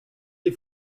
des